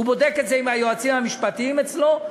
הוא בודק את זה עם היועצים המשפטיים אצלו,